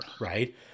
right